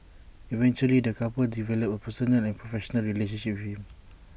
eventually the couple developed A personal and professional relationship with him